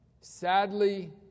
sadly